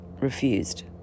refused